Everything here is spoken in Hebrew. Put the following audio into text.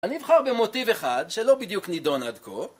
אני אבחר במוטיב אחד שלא בדיוק נידון עד כה